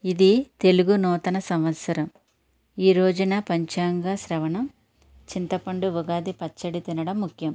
ఇది తెలుగు నూతన సంవత్సరం ఈ రోజున పంచాంగ శ్రవణం చింతపండు ఉగాది పచ్చడి తినడం ముఖ్యం